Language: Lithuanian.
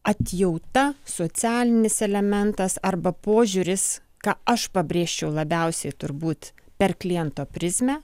atjauta socialinis elementas arba požiūris ką aš pabrėžčiau labiausiai turbūt per kliento prizmę